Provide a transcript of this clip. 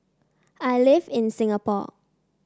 I live in Singapore